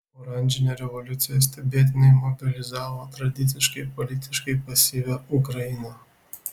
oranžinė revoliucija stebėtinai mobilizavo tradiciškai politiškai pasyvią ukrainą